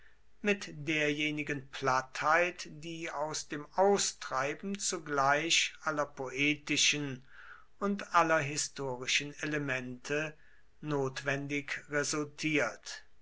mit derjenigen plattheit die aus dem austreiben zugleich aller poetischen und aller historischen elemente notwendig resultiert